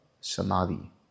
Samadhi